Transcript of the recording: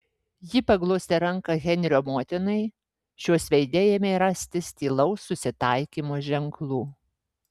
ji paglostė ranką henrio motinai šios veide ėmė rastis tylaus susitaikymo ženklų